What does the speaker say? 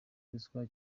ruswa